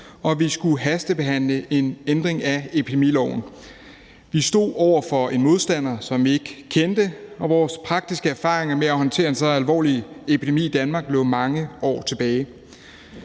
og vi skulle hastebehandle en ændring af epidemiloven. Vi stod over for en modstander, som vi ikke kendte, og vores praktiske erfaringer med at håndtere en så alvorlig epidemi i Danmark lå mange år tilbage.